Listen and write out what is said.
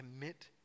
commit